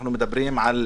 אנחנו מדברים על